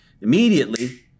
Immediately